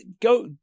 go